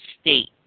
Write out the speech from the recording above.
state